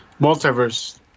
multiverse